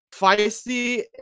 feisty